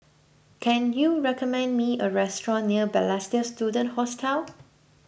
can you recommend me a restaurant near Balestier Student Hostel